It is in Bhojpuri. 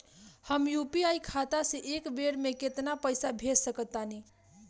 हम यू.पी.आई खाता से एक बेर म केतना पइसा भेज सकऽ तानि?